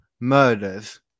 Murders